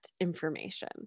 information